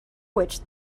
which